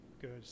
good